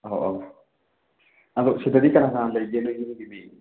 ꯑꯣ ꯑꯣ ꯑꯗꯣ ꯁꯤꯗꯗꯤ ꯀꯅꯥ ꯀꯅꯥ ꯂꯩꯒꯦ ꯅꯣꯏ ꯌꯨꯝꯒꯤ ꯃꯤ